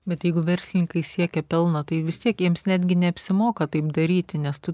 bet jeigu verslininkai siekia pelno tai vis tiek jiems netgi neapsimoka taip daryti nes tu